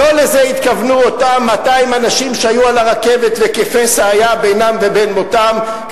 לא לזה התכוונו אותם 200 אנשים שהיו על הרכבת וכפסע היה בינם ובין מותם,